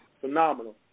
phenomenal